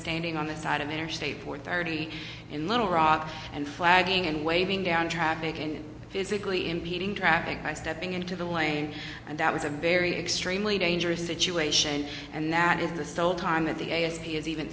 standing on the side of interstate four thirty in little rock and flagging and waving down traffic and physically impeding traffic by stepping into the lane and that was a very extremely dangerous situation and that is the sole time that the a